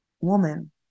woman